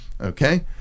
Okay